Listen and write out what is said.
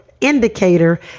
indicator